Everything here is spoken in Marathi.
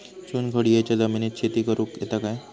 चुनखडीयेच्या जमिनीत शेती करुक येता काय?